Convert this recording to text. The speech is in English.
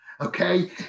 okay